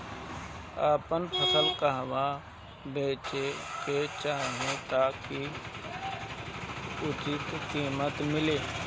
आपन फसल कहवा बेंचे के चाहीं ताकि उचित कीमत मिली?